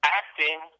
acting